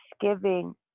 thanksgiving